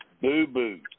boo-boo